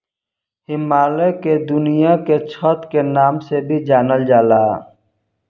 हिमालय के दुनिया के छत के नाम से भी जानल जाला